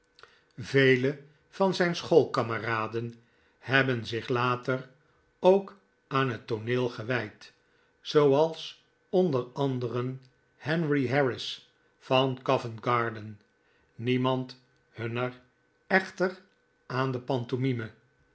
vele van zijne schoolkameraden hebben zich later ook aan het tooneel gewijd zooals onder anderen henry harris van covent garden niemand hunner echter aan de